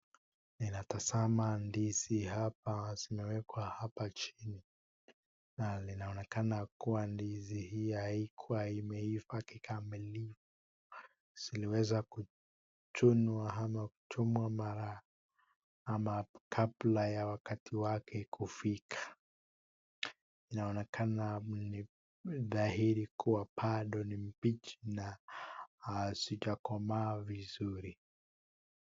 Ninatazama ndizi hapa zimewekwa hapa chini, nalinaonekana kuwa ndizi hii haikuwai imeive kikamilifu. Ziliweza kuchunwa mara ama kabla ya wakati wake kufika. Inaonekana ni dhahiri kuwa bado ni mbichi na hazijakoma vizuri.